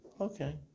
okay